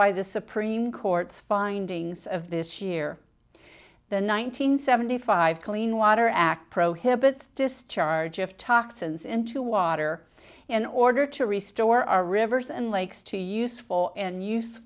by the supreme court's findings of this year the one nine hundred seventy five clean water act prohibits discharge of toxins into water in order to restore our rivers and lakes to useful and use